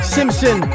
Simpson